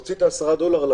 עוד דבר: